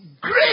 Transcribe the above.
great